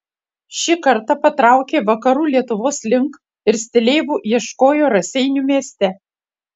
šį kartą patraukė vakarų lietuvos link ir stileivų ieškojo raseinių mieste